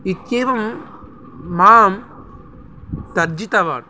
इत्येवं मां तर्जितवान्